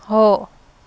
हो